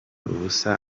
ubusa